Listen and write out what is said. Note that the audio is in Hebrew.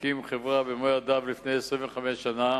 לפני 25 שנה